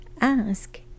ask